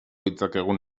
ditzakegun